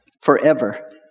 forever